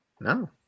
No